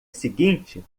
seguinte